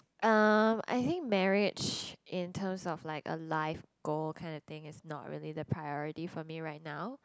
um I think marriage in terms of like a life goal kind of thing is not really the priority for me right now